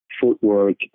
footwork